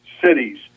cities